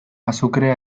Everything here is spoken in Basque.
azukrea